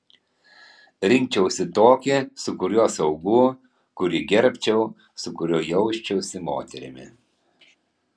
rinkčiausi tokį su kuriuo saugu kurį gerbčiau su kuriuo jausčiausi moterimi